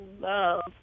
love